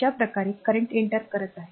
अशा प्रकारे current enter करत आहे